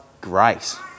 grace